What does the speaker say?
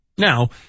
Now